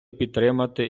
підтримати